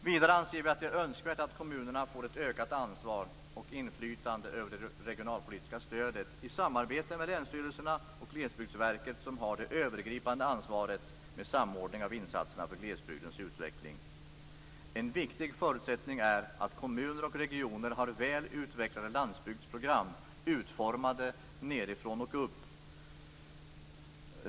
Vidare anser vi att det är önskvärt att kommunerna får ökat ansvar och inflytande över det regionalpolitiska stödet i samarbete med länsstyrelserna och Glesbygdsverket, som har det övergripande ansvaret för samordning av insatserna för glesbygdens utveckling. En viktig förutsättning är att kommuner och regioner har väl utvecklade landsbygdsprogram utformade nedifrån och upp.